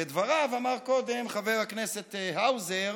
ובדבריו אמר קודם חבר הכנסת האוזר,